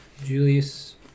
Julius